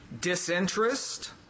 disinterest